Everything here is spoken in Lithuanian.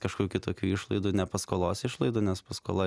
kažkokių kitokių išlaidų ne paskolos išlaidų nes paskola